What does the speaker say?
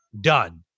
done